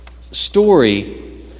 story